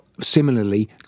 similarly